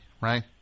right